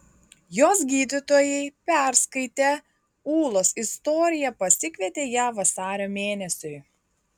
jos gydytojai perskaitę ūlos istoriją pasikvietė ją vasario mėnesiui